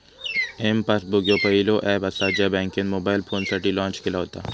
M passbook ह्यो पहिलो app असा ज्या बँकेन मोबाईल फोनसाठी लॉन्च केला व्हता